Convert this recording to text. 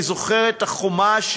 אני זוכר את החומה,